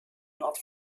not